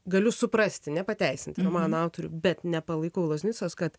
galiu suprasti nepateisinti romano autorių bet nepalaikau loznicos kad